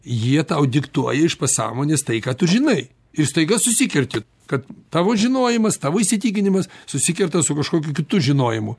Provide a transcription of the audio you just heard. jie tau diktuoja iš pasąmonės tai ką tu žinai ir staiga susikerti kad tavo žinojimas tavo įsitikinimas susikerta su kažkokiu kitu žinojimu